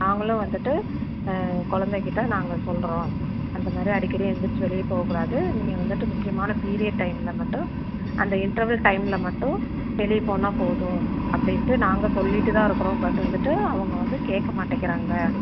நாங்களும் வந்துட்டு கொழந்தை கிட்டே நாங்கள் சொல்கிறோம் அந்த மாதிரி அடிக்கடி எந்திருச்சு வெளியே போகக்கூடாது நீங்கள் வந்துட்டு முக்கியமான பீரியட் டைமில் மட்டும் அந்த இன்டர்வல் டைமில் மட்டும் வெளியே போனால் போதும் அப்படின்ட்டு நாங்கள் சொல்லிகிட்டு தான் இருக்கிறோம் பட் வந்துட்டு அவங்க வந்து கேட்க மாட்டேங்கிறாங்க